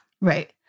Right